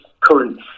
current